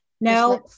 No